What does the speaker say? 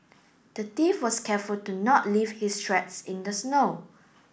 the thief was careful to not leave his tracks in the snow